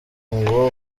ngo